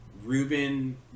ruben